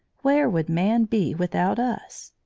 where would man be without us?